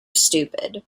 stupid